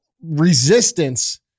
resistance